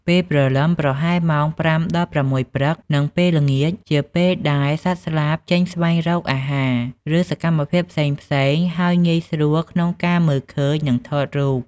ពេលព្រលឹម ប្រហែលម៉ោង ៥ដល់៦ ព្រឹក និងពេលល្ងាច ជាពេលដែលសត្វស្លាបចេញស្វែងរកអាហារ ឬសកម្មភាពផ្សេងៗ ហើយងាយស្រួលក្នុងការមើលឃើញ និងថតរូប។